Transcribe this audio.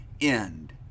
end